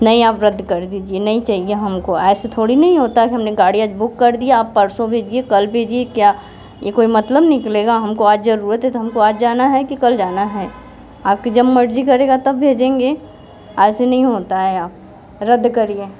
नहीं आप रद्द कर दीजिए नहीं चाहिए हमको ऐसे थोड़ी नहीं होता है कि हमने गाड़ी आज बुक कर दिया आप परसो भेजिए कल भेजिए क्या ये कोई मतलब निकलेगा हमको आज जरूरत है तो हमको आज जाना है कि कल जाना है आपकी जब मर्जी करेगा तब भेजेंगे ऐसे नहीं होता है आप रद्द करिये